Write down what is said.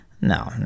no